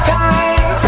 time